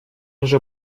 уже